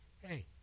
hey